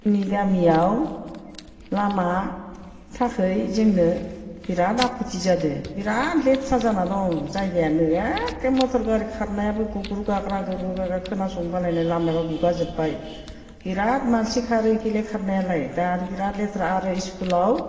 जोंनि गामियाव लामानि थाखाय जोंनो बिरात आपत्ति जादों बिरात लेथ्रा जाना दं जायगायानो एके मथर गारि खारनायाबो गुग्रु गाग्रा गुग्रु गाग्रा खोनासंनो बालायनाय लामायाबो गुगाजोब्बाय बिराद मानसि खारो बेखिलाय खारनायालाय दा आरो बिरात लेथ्रा आरो स्कुलाव